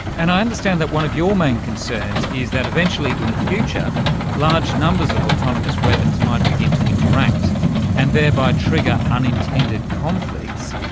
and i understand that one of your main concerns is that eventually in the future large numbers of autonomous weapons might begin to interact and thereby trigger unintended conflicts.